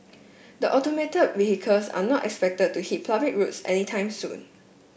the automated vehicles are not expected to hit public roads anytime soon